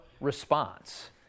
response